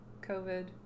COVID